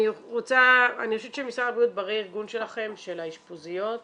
משרד הבריאות אני חושבת שברה-ארגון שלכם של האשפוזיות,